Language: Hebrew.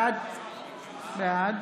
בעד